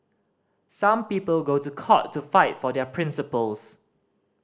some people go to court to fight for their principles